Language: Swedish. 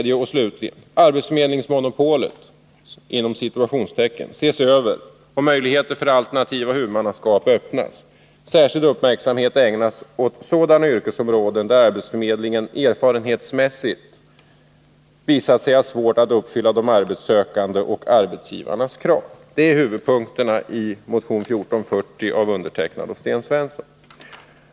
”Arbetsförmedlingsmonopolet” ses över, och möjligheter för alternativa huvudmannaskap öppnas. Särskild uppmärksamhet ägnas sådana yrkesområden där arbetsförmedlingen erfarenhetsmässigt visat sig ha svårt att uppfylla de arbetssökandes och arbetsgivarnas krav. Detta är huvudpunkterna i motion 1440 av mig och Sten Svensson.